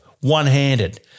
one-handed